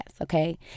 okay